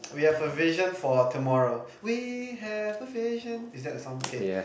we have a vision for tomorrow we have a vision is that the song okay